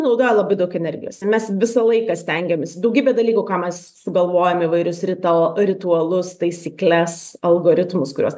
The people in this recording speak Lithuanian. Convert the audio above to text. naudoja labai daug energijos ir mes visą laiką stengiamės daugybę dalykų ką mes sugalvojame įvairius rito ritualus taisykles algoritmus kuriuos